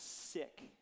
sick